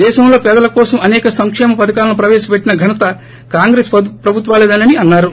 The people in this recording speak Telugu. దేశంలో పేదల కోసం అనేక సంకేమ పధకాలను ప్రవేసపెట్టిన ఘనత కాంగ్రెస్ ప్రభుత్వాలదేనని అన్నారు